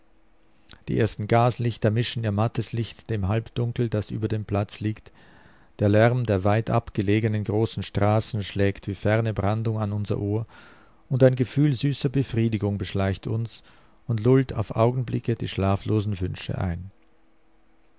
die ersten gaslichter mischen ihr mattes licht dem halbdunkel das über dem platz liegt der lärm der weitab gelegenen großen straßen schlägt wie ferne brandung an unser ohr und ein gefühl süßer befriedigung beschleicht uns und lullt auf augenblicke die schlaflosen wünsche ein